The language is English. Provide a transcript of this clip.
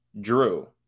Drew